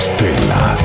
Stella